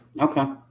Okay